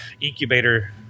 incubator –